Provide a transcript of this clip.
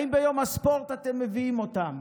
האם ביום הספורט אתם מביאים אותם?